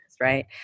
right